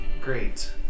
Great